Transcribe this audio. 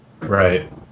right